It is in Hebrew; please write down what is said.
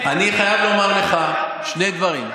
אני חייב לומר לך שני דברים.